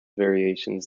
variations